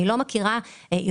את לא מכירה את